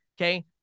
Okay